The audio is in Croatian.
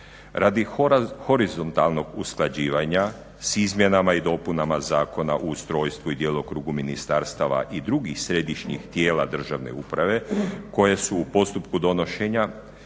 Radi horizontalnog usklađivanja s izmjenama i dopunama Zakona o ustrojstvu i djelokrugu ministarstava i drugih središnjih tijela državne uprave koje su u postupku donošenja